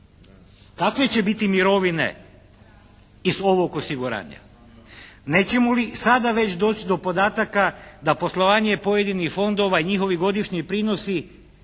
Kakve će biti mirovine iz ovog osiguranja? Nećemo li sada već doći do podataka da poslovanje pojedinih fondova i njihovi godišnji prinosi ne